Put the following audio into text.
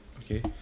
okay